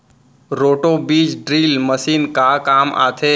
Roto बीज drill machine का काम आथे?